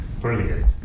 brilliant